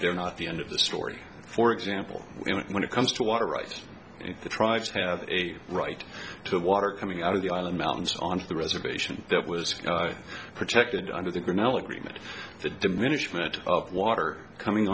they're not the end of the story for example when it comes to water rights and the tribes have a right to water coming out of the island mountains on the reservation that was protected under the grinnell agreement the diminishment of water coming